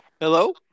Hello